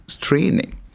training